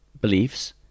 beliefs